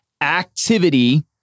activity